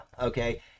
okay